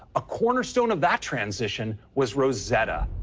a cornerstone of that transition was rosetta,